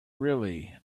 really